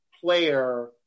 player